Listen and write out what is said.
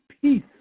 peace